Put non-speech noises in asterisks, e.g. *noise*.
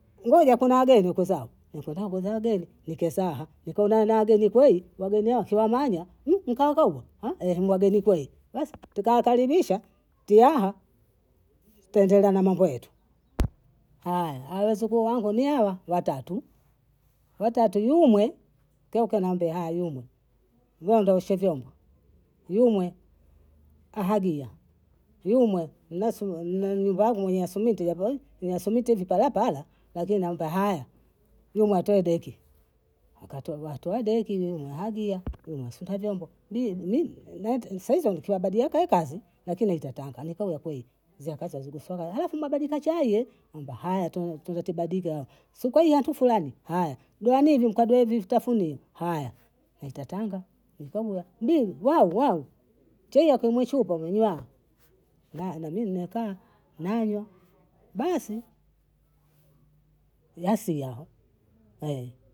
Ngoja kuna wageni huku zao, nikunda kwanza wageni nike saha, nikaona na wageni kwei, wageni kila mwanya *hesitation* nkawakogo, *hesitation* ni wageni kwei, basi tukawakaribisha tihaa, tendelea na mambo yetu, aya hawa wazukuu wangu ni hawa watatu, watatu yumwe kiaka nambia *hesitation* yumwe, nenda oshe vyombo, yumwe ahagia, yumwe *hesitation* nyumba mwenye masunuti yapa hii, mwenye masunuti viparapara lakini naamba haya, ni matoe deki, akatolwa atoa deki huyu muhagia, huyu wansunta vyombo, bibi mimi *hesitation* saizi watakia badia kakazi lakini itatanga nikawa kwei za kazi hazikusora. hafu mwabandika chai *hesitation* mwamba haya tu tuzetibadika, sukai yantu fulani aya, gawane hivi mkabwe hivi vitafunio, aya nitatanga, nikabula mbili wau wau, chai ako mwichupa munwaa, *hesitation* nami nimekaa nalya basi, yasia hao.